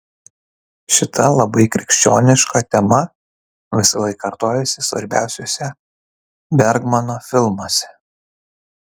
šita labai krikščioniška tema visąlaik kartojasi svarbiausiuose bergmano filmuose